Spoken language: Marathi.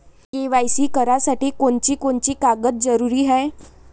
के.वाय.सी करासाठी कोनची कोनची कागद जरुरी हाय?